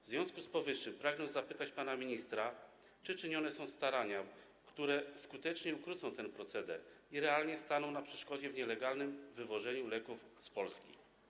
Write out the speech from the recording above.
W związku z powyższym pragnę zapytać pana ministra, czy czynione są starania, które skutecznie ukrócą ten proceder i realnie staną na przeszkodzie nielegalnemu wywożeniu leków z Polski.